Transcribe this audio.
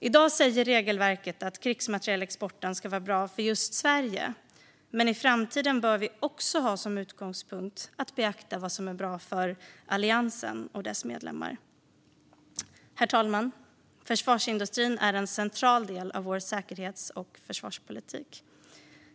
I dag säger regelverket att krigsmaterielexporten ska vara bra för just Sverige, men i framtiden bör vi ha som utgångpunkt att också beakta vad som är bra för alliansen och dess medlemmar. Herr talman! Försvarsindustrin är en central del av vår säkerhets och försvarspolitik.